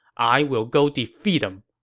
i will go defeat him.